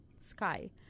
sky